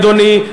אדוני,